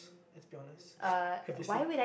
let's be honest have you seen